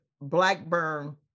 blackburn